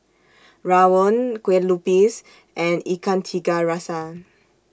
Rawon Kueh Lupis and Ikan Tiga Rasa